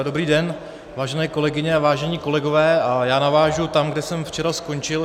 Dobrý den, vážené kolegyně a vážení kolegové, já navážu tam, kde jsem včera skončil.